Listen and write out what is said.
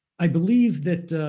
i believe that